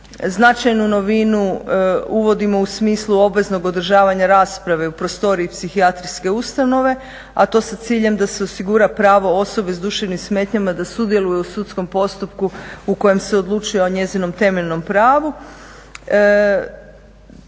Značajnu novinu uvodimo u smislu obveznog održavanja rasprave u prostoriji psihijatrijske ustanove, a to sa ciljem da se osigura pravo osobe s duševnim smetnjama da sudjeluje u sudskom postupku u kojem se odlučuje o njezinom temeljnom pravu